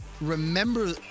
remember